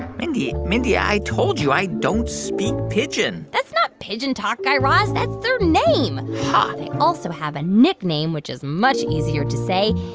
mindy, mindy, i told you i don't speak pigeon that's not pigeon talk, guy raz. raz. that's their name huh they also have a nickname, which is much easier to say,